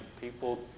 People